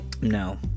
No